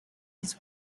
his